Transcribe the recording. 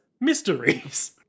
mysteries